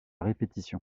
répétition